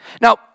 Now